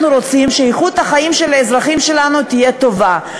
אנחנו רוצים שאיכות החיים של האזרחים שלנו תהיה טובה.